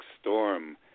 storm